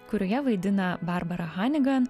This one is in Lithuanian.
kurioje vaidina barbara hanigan